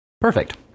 Perfect